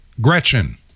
Gretchen